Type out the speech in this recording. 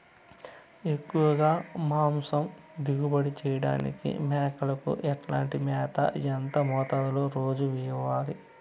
ఎక్కువగా మాంసం దిగుబడి చేయటానికి మేకలకు ఎట్లాంటి మేత, ఎంత మోతాదులో రోజు ఇవ్వాలి?